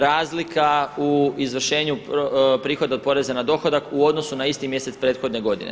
Razlika u izvršenju prihoda od poreza na dohodak u odnosu na isti mjesec prethodne godine.